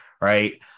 right